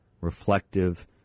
reflective